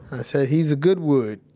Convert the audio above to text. i said, he's a good wood